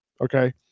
Okay